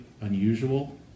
unusual